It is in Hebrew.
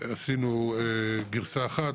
עשינו גרסה אחת,